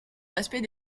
aspects